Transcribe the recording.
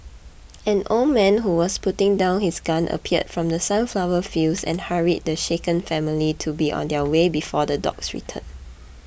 an old man who was putting down his gun appeared from the sunflower fields and hurried the shaken family to be on their way before the dogs return